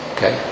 Okay